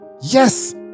Yes